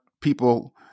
people